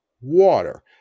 water